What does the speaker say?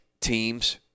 teams